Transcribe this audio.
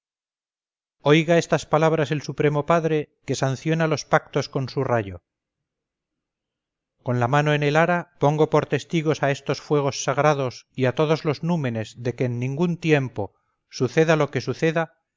oiga estas palabras el supremo padre que sanciona los pactos con su rayo con la mano en el ara pongo por testigos a estos fuegos sagrados y a todos los númenes de que en ningún tiempo suceda lo que suceda